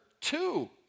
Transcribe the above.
two